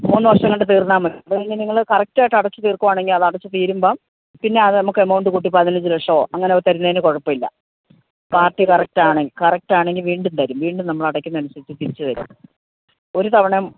മൂന്നു വർഷംകൊണ്ട് തീർന്നാല് മതി നിങ്ങള് കറക്റ്റായിട്ട് അടച്ചുതീർക്കുകയാണെങ്കില് അത് അടച്ചുതീരുമ്പോള് പിന്നെ അത് നമുക്ക് എമൗണ്ട് കൂട്ടി പതിനഞ്ച് ലക്ഷമോ അങ്ങനെ തരുന്നതിനു കുഴപ്പമില്ല പാർട്ടി കറക്റ്റാണെങ്കില് കറക്റ്റാണെങ്കില് വീണ്ടും തരും വീണ്ടും നമ്മള് അടയ്ക്കുന്നത് അനുസരിച്ച് തിരിച്ചും തരും ഒരു തവണ